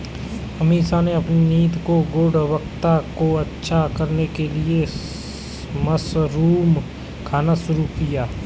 अमीषा ने अपनी नींद की गुणवत्ता को अच्छा करने के लिए मशरूम खाना शुरू किया